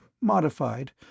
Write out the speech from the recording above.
modified